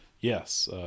Yes